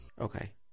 Okay